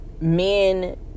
Men